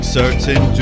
certain